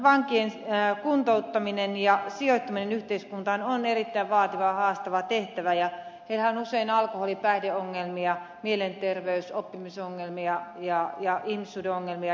vankien kuntouttaminen ja sijoittaminen yhteiskuntaan on erittäin vaativa ja haastava tehtävä ja heillähän on usein alkoholi ja päihdeongelmia mielenterveys oppimisongelmia ja ihmissuhdeongelmia